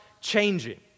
changing